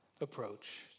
approach